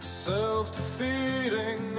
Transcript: self-defeating